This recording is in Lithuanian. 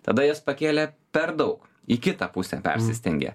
tada jas pakėlė per daug į kitą pusę persistengė